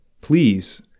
please